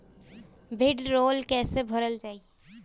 भीडरौल कैसे भरल जाइ?